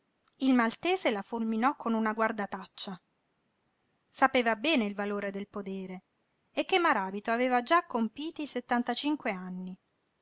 il maltese la fulminò con una guardataccia sapeva bene il valore del podere e che maràbito aveva già compiti settantacinque anni